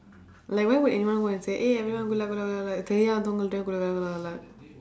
like why would anyone want to say eh everyone good luck good luck good luck today good luck good luck good luck